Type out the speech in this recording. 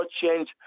change